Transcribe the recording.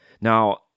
Now